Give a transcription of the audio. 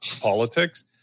politics